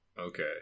Okay